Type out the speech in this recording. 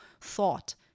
thought